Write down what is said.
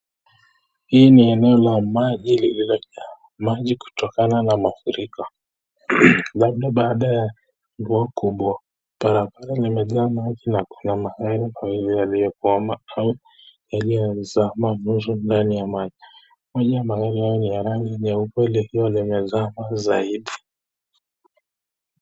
Hii ni eneo la maji lililojaa maji kutokana na mafuriko, labda baada ya mvua kubwa. Barabara limejaa maji na kuna magari yaliyozama ndani ya maji. Maji ya rangi nyeupe ikiwa limezama zaidi.